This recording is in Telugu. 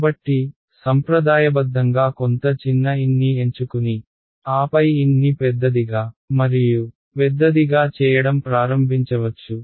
కాబట్టి సంప్రదాయబద్ధంగా కొంత చిన్న n ని ఎంచుకుని ఆపై n ని పెద్దదిగా మరియు పెద్దదిగా చేయడం ప్రారంభించవచ్చు